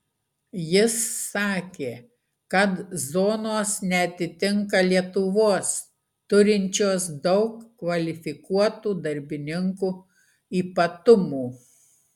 jis sakė kad zonos neatitinka lietuvos turinčios daug kvalifikuotų darbininkų ypatumų